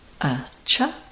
Acha